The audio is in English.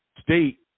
state